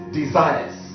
desires